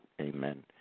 Amen